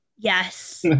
Yes